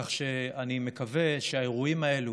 כך שאני מקווה שהאירועים האלה